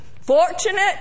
fortunate